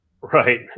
right